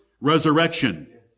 resurrection